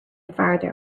farther